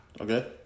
Okay